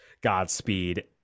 Godspeed